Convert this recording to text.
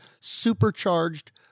supercharged